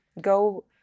go